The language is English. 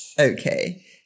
Okay